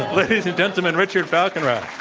ladies and gentlemen, richard falkenrath.